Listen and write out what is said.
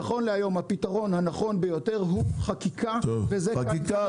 נכון להיום הפתרון הנכון ביותר הוא חקיקה וזה --- אבל חקיקה,